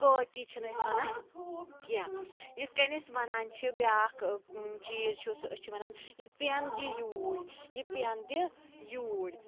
copy چھِنہٕ أسۍ وَنان کیٚنٛہہ یِتھٕ کٔنۍ أسۍ وَنان چھِ بیٛاکھ چیٖز چھُ سُہ أسۍ چھِ وَنان یہِ پیٚن دِ یوٗرۍ یہِ پیٚن دِ یوٗرۍ